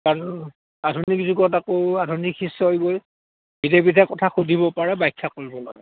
কাৰণ আধুনিক যুগত আকৌ আধুনিক শিস্যই বিধে বিধে কথা সুধিব পাৰে বাাখ্যা কৰিব লাগে